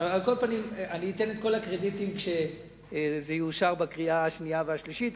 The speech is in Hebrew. את כל הקרדיטים כשזה יאושר בקריאה השנייה והשלישית,